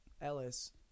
ellis